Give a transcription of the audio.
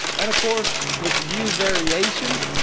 and of course, with the u variation,